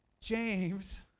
James